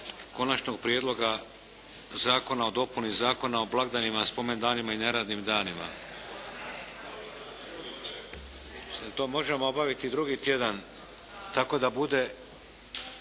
Konačnog prijedloga Zakona o dopuni Zakona o blagdanima, spomendanima i neradnim danima. Jel' to možemo obaviti drugi tjedan tako da bude,